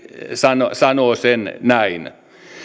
sanoo sanoo näin